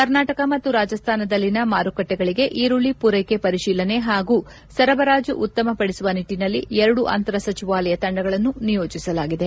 ಕರ್ನಾಟಕ ಮತ್ತು ರಾಜಸ್ತಾನದಲ್ಲಿನ ಮಾರುಕಟ್ಟೆಗಳಗೆ ಈರುಳ್ಳಿ ಪೂರೈಕೆ ಪರಿಶೀಲನೆ ಹಾಗೂ ಸರಬರಾಜು ಉತ್ತಮ ಪಡಿಸುವ ನಿಟ್ಟನಲ್ಲಿ ಎರಡು ಅಂತರ ಸಚಿವಾಲಯ ತಂಡಗಳನ್ನು ನಿಯೋಜಿಸಲಾಗಿದೆ